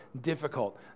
difficult